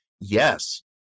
yes